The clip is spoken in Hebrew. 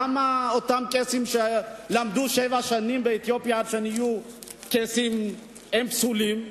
למה אותם קייסים שלמדו שבע שנים באתיופיה עד שנהיו קייסים הם פסולים,